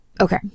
okay